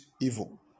evil